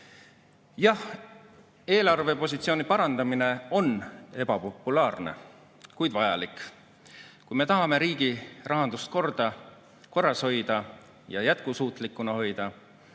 Jah, eelarvepositsiooni parandamine on ebapopulaarne, kuid vajalik, kui me tahame riigi rahandust korras hoida ja jätkusuutlikuna hoida